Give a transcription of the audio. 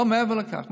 לא מעבר לכך.